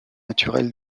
naturelles